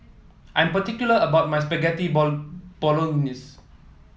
I am particular about my Spaghetti Bolognese